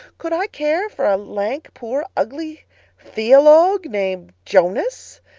could i care for a lank, poor, ugly theologue named jonas?